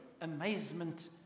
amazement